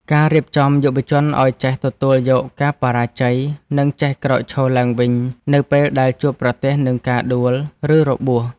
វារៀបចំយុវជនឱ្យចេះទទួលយកការបរាជ័យ និងចេះក្រោកឈរឡើងវិញនៅពេលដែលជួបប្រទះនឹងការដួល ឬរបួស។